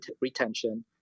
retention